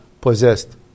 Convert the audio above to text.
possessed